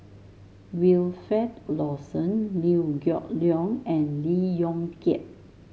Wilfed Lawson Liew Geok Leong and Lee Yong Kiat